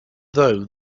though